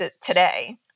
today